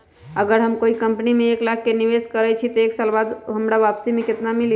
अगर हम कोई कंपनी में एक लाख के निवेस करईछी त एक साल बाद हमरा वापसी में केतना मिली?